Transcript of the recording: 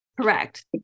Correct